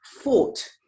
fought